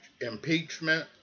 impeachment